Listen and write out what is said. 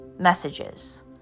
messages